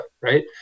Right